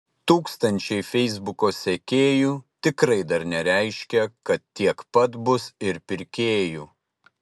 tūkstančiai feisbuko sekėjų tikrai dar nereiškia kad tiek pat bus ir pirkėjų